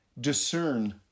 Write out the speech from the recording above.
discern